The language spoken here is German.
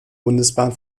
bundesbahn